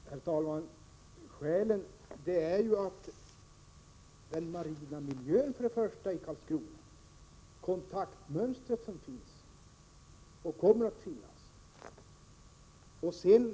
Herr talman! Skälen är för det första den marina miljön i Karlskrona, kontaktmönstret som finns och som kommer att finnas.